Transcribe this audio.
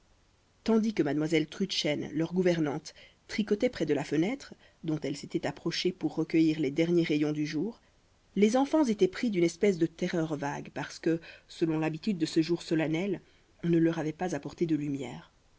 tandis que mademoiselle trudchen leur gouvernante tricotait près de la fenêtre dont elle s'était approchée pour recueillir les derniers rayons du jour les enfants étaient pris d'une espèce de terreur vague parce que selon l'habitude de ce jour solennel on ne leur avait pas apporté de lumière